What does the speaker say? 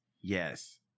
Yes